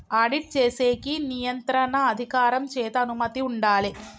audit చేసేకి నియంత్రణ అధికారం చేత అనుమతి ఉండాలే